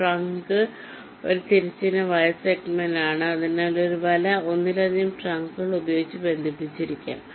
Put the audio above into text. trunk ഒരു തിരശ്ചീന wire സെഗ്മെന്റാണ് അതിനാൽ ഒരു വല ഒന്നിലധികം ട്രങ്കുകൾ ഉപയോഗിച്ച് ബന്ധിപ്പിച്ചിരിക്കാം